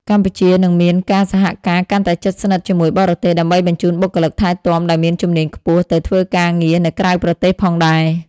កម្ពុជានឹងមានការសហការកាន់តែជិតស្និទ្ធជាមួយបរទេស ដើម្បីបញ្ជូនបុគ្គលិកថែទាំដែលមានជំនាញខ្ពស់ទៅធ្វើការងារនៅក្រៅប្រទេសផងដែរ។